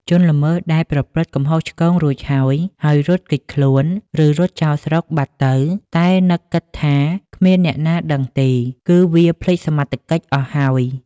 ជនល្មើសដែលប្រព្រឹត្តកំហុសឆ្គងរួចហើយៗរត់គេចខ្លួន ឬរត់ចោលស្រុកបាត់ទៅ តែនឹកគិតថា គ្មានអ្នកណាដឹងទេ គឺវាភ្លេចសមត្ថកិច្ចអស់ហើយ ។